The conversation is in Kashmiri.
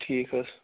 ٹھیٖک حظ